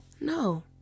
No